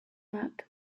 that